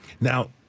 Now